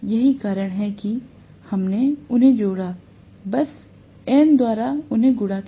यही कारण है कि हमने उन्हें जोड़ा बस N द्वारा उन्हें गुणा किया